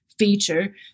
feature